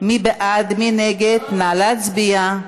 ועוברת לוועדת הכספים להכנה לקריאה ראשונה.